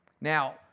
Now